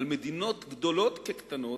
על מדינות גדולות כקטנות,